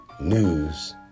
news